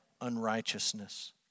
unrighteousness